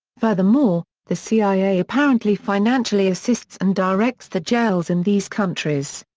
furthermore, the cia apparently financially assists and directs the jails in these countries.